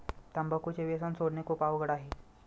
तंबाखूचे व्यसन सोडणे खूप अवघड आहे